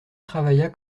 travailla